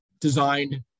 designed